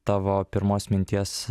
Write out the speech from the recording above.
tavo pirmos minties